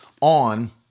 on